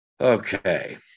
Okay